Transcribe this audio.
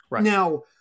Now